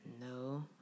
No